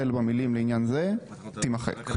החל במילים "לעניין זה" תימחק.